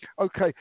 Okay